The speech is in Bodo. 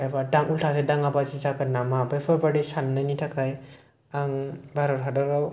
एबा उल्थासो दां दाङा बिजा जागोन नामा ओ बेफोरबायदि साननायनि थाखाय आं भारत हादराव